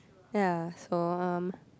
ya so um